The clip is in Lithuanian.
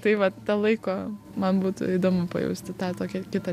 tai va ta laiko man būtų įdomu pajausti tą tokią kitą